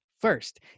first